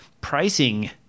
pricing